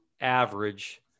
average